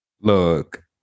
look